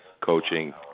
coaching